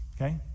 okay